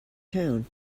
town